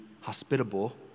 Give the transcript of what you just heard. hospitable